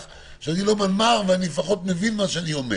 שאני לא מנמ"ר אבל לפחות אני מבין מה שאני אומר.